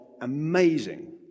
amazing